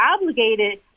obligated